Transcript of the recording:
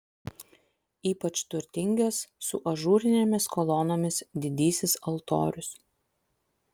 ypač turtingas su ažūrinėmis kolonomis didysis altorius